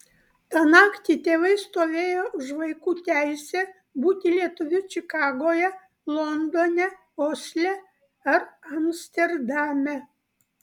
tą naktį tėvai stovėjo už vaikų teisę būti lietuviu čikagoje londone osle ar amsterdame